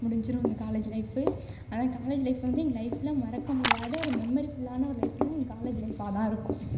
முடிஞ்சிடும் இந்த college life ஆனால் காலேஜ் லைஃப் வந்து எங்கள் லைஃப்பில் மறக்கமுடியாத ஒரு மெமரி ஃபுல்லான ஒரு லைஃப்னா எங்கள் காலேஜ் லைஃபாக தான் இருக்கும்